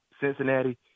Cincinnati